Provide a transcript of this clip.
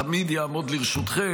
תמיד יעמוד לרשותכם,